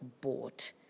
bought